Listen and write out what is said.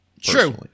True